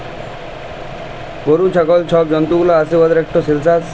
গরু, ছাগল ছব জল্তুগুলা আসে উয়াদের ইকট সেলসাস